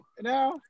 Now